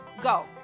Go